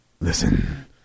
listen